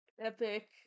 epic